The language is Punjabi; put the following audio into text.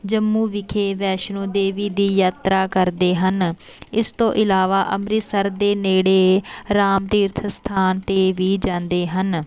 ਜੰਮੂ ਵਿਖੇ ਵੈਸ਼ਣੋ ਦੇਵੀ ਦੀ ਯਾਤਰਾ ਕਰਦੇ ਹਨ ਇਸ ਤੋਂ ਇਲਾਵਾ ਅੰਮ੍ਰਿਤਸਰ ਦੇ ਨੇੜੇ ਰਾਮ ਤੀਰਥ ਸਥਾਨ 'ਤੇ ਵੀ ਜਾਂਦੇ ਹਨ